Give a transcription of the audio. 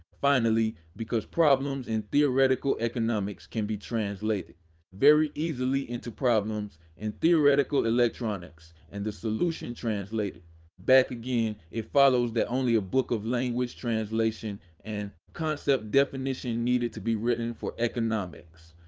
finally, because problems in theoretical economics can be translated very easily into problems in theoretical electronics, and the solution translated back again, it follows that only a book of language translation and concept definition needed to be written for economics.